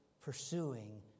pursuing